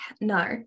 No